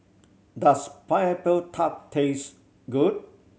does Pineapple Tart taste good